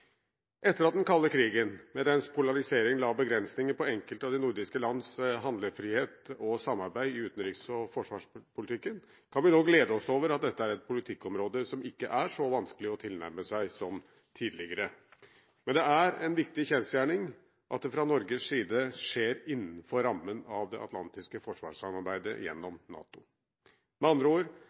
Etter at den kalde krigen med dens polarisering la begrensinger på enkelte av de nordiske lands handlefrihet og samarbeid i utenriks- og forsvarspolitikken, kan vi nå glede oss over at dette er et politikkområde som ikke er så vanskelig å tilnærme seg som tidligere. Men det er en viktig kjensgjerning at det fra Norges side skjer innenfor rammen av det atlantiske forsvarssamarbeidet gjennom NATO – med andre ord: